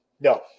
No